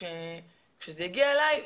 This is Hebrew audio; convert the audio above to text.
כשזה הגיע אליי,